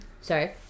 sorry